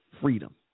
freedom